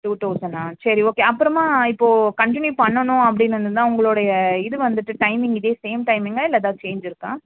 two தௌசண்டா சரி okay அப்புறமா இப்போது கன்டினியூ பண்ணணும் அப்படின்னு இருந்துருந்தால் உங்களுடைய இது வந்துட்டு டைமிங் இதே சேம் டைமிங்காக இல்லை ஏதாவது சேஞ்ச் இருக்கா